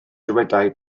dywedai